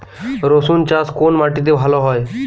রুসুন চাষ কোন মাটিতে ভালো হয়?